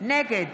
נגד